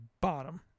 bottom